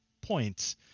points